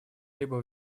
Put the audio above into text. либо